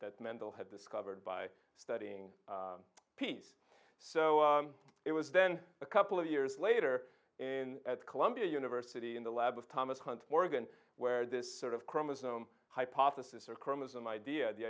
that mendel had discovered by studying peace so it was then a couple of years later in at columbia university in the lab of thomas hunt morgan where this sort of chromosome hypothesis or chromosome idea the